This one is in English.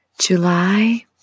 July